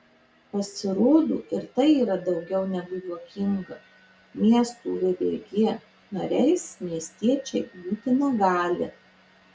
pasirodo ir tai yra daugiau negu juokinga miesto vvg nariais miestiečiai būti negali